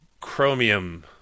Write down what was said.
Chromium